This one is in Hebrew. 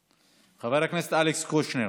איננו, חבר הכנסת אלכס קושניר,